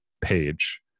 page